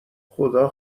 خدا